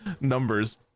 numbers